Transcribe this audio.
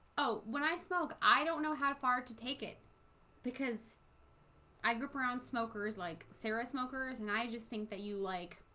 oh when i smoke i don't know how far to take it because i group around smokers like sarah smokers and i just think that you like